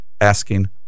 asking